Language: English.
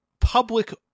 public